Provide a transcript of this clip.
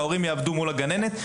ההורים יעבדו הגננת,